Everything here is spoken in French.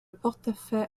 portefaix